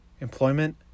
Employment